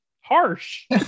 Harsh